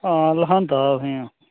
हां लखांदा तुसेंगी अ'ऊं